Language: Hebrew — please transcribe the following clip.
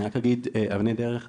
'אבני דרך',